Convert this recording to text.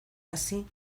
hasi